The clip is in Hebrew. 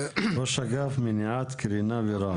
ראש אגף מניעת קרינה ורעש.